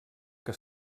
que